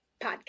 podcast